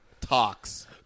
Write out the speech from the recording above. Talks